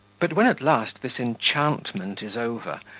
but when, at last, this enchantment is over,